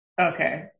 Okay